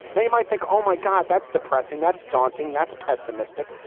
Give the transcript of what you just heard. now you might think, oh my god, that's depressing, that's daunting, that's pessimistic,